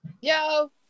Yo